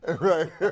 Right